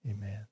Amen